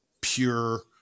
pure